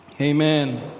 Amen